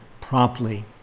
promptly